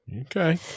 okay